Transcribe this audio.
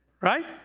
right